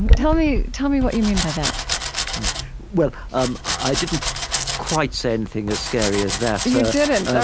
and tell me tell me what you mean by that well, um i didn't quite say anything as scary as that you didn't.